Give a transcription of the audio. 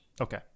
Okay